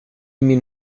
min